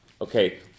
okay